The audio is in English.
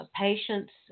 patients